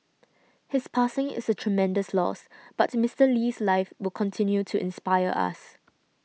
his passing is a tremendous loss but Mister Lee's life will continue to inspire us